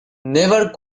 never